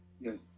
Yes